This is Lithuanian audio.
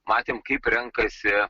matėm kaip renkasi